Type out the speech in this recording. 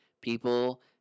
people